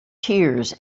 tears